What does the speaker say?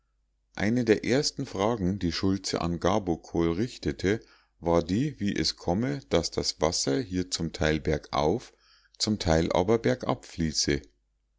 eine der ersten fragen die schultze an gabokol richtete war die wie es komme daß das wasser hier zum teil bergauf zum teil aber bergab fließe